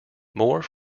more